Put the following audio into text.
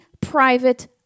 private